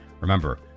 Remember